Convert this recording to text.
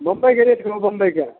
बम्बइके rate कहू बम्बइके